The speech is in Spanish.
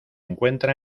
encuentra